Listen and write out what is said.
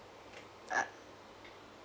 ah